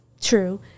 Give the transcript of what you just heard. True